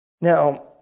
Now